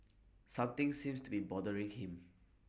something seems to be bothering him